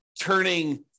turning